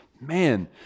man